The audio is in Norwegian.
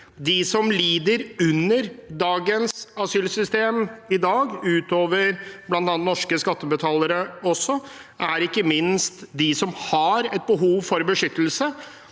De som lider under dagens asylsystem, utover bl.a. norske skattebetalere, er ikke minst de som har et behov for beskyttelse,